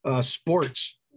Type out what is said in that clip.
sports